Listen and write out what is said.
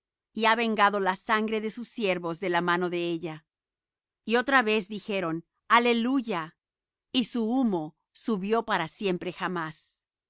y ha vengado la sangre de sus siervos de la mano de ella y otra vez dijeron aleluya y su humo subió para siempre jamás